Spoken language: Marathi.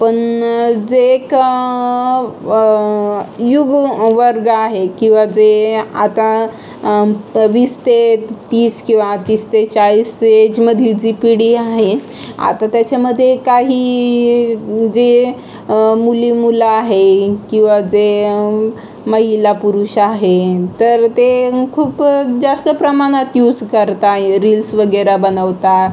पण जे क युग वर्ग आहे किंवा जे आता वीस ते तीस किंवा तीस ते चाळीस एजमधली जी पिढी आहे आता त्याच्यामध्ये काही जे मुली मुलं आहे किंवा जे महिला पुरुष आहे तर ते खूप जास्त प्रमाणात यूज करत आहे रिल्स वगैरे बनवतात